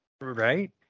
Right